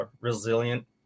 Resilient